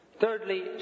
Thirdly